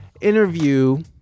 interview